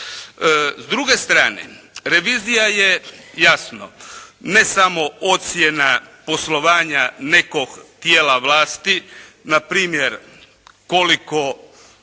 S druge strane, revizija je jasno ne samo ocjena poslovanja nekog tijela vlasti npr. koliko